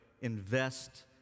invest